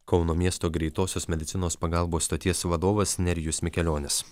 kauno miesto greitosios medicinos pagalbos stoties vadovas nerijus mikelionis